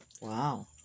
Wow